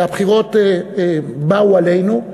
והבחירות באו עלינו,